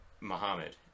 Muhammad